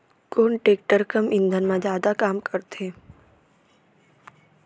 कोन टेकटर कम ईंधन मा जादा काम करथे?